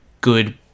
good